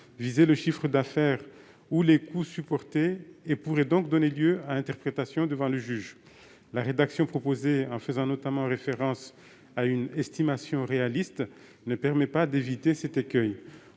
viser le chiffre d'affaires ou les coûts supportés, et pourraient donc donner lieu à interprétation devant le juge. La rédaction proposée, en faisant notamment référence à une « estimation réaliste », ne permet pas d'éviter cet écueil.